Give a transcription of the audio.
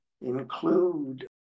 include